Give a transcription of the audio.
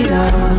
love